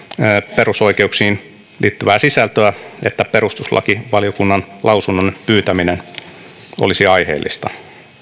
perusoikeuksiin liittyvää sisältöä että perustuslakivaliokunnan lausunnon pyytäminen olisi aiheellista